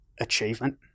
achievement